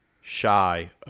shy